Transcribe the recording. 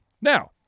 Now